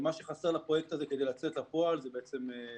מה שחסר לפרויקט הזה כדי לצאת לפועל זה תקציב.